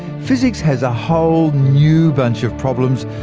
physics has a whole new bunch of problems,